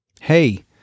Hey